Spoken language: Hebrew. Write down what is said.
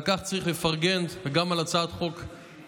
על כך צריך לפרגן, וגם על הצעת החוק הזאת,